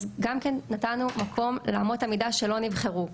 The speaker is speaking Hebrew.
אז גם כן נתנו מקום לאמות המידה שלא נבחרו.